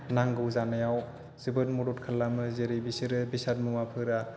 नांगौ जानायाव जोबोद मदद खालामो जेरै बिसोरो बेसाद मुवाफोरा